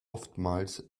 oftmals